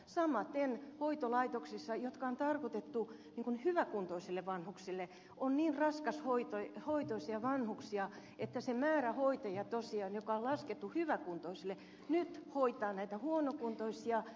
samaten sellaisissa hoitolaitoksissa jotka on tarkoitettu hyväkuntoisille vanhuksille on niin raskashoitoisia vanhuksia että se määrä hoitajia joka on laskettu hyväkuntoisille nyt hoitaa näitä huonokuntoisia